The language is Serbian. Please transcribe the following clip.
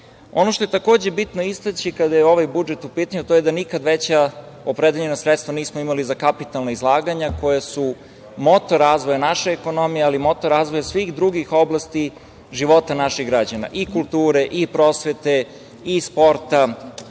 što je bitno istaći kada je ovaj budžet u pitanju, a to je da nikada veća opredeljena sredstva nismo imali za kapitalna izlaganja koja su motor razvoja naše ekonomije, ali i motor razvoja svih drugih oblasti života naših građana – kulture, prosvete, sporta,